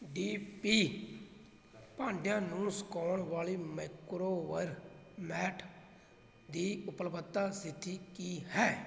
D P ਭਾਂਡਿਆਂ ਨੂੰ ਸੁਕਾਉਣ ਵਾਲੀ ਮਾਈਕ੍ਰੋਬਰ ਮੈਟ ਦੀ ਉਪਲਬਧਤਾ ਸਥਿਤੀ ਕੀ ਹੈ